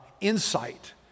insight